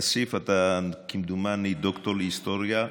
כסיף, כמדומני אתה דוקטור להיסטוריה.